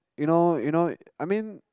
you know you know I mean